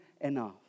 enough